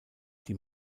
die